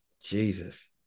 Jesus